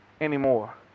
anymore